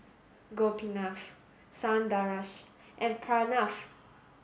Gopinath Sundaresh and Pranav